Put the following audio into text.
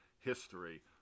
History